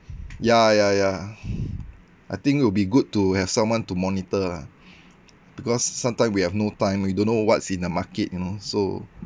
ya ya ya I think will be good to have someone to monitor lah because sometime we have no time we don't know what's in the market you know so